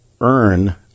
earn